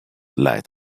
light